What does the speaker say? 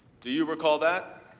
do you recall that?